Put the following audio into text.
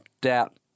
doubt